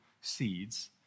seeds